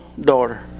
daughter